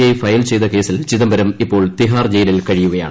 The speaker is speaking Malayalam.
ഐ ഫയൽ ചെയ്ത കേസിൽ ചിദംബരം ഇപ്പോൾ തിഹാർ ജയിലിൽ കഴിയുകയാണ്